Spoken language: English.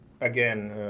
again